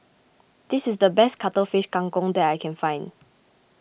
this is the best Cuttlefish Kang Kong that I can find